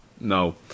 no